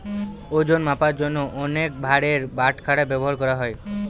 ওজন মাপার জন্য অনেক ভারের বাটখারা ব্যবহার করা হয়